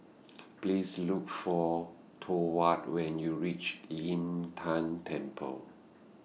Please Look For Thorwald when YOU REACH Lin Tan Temple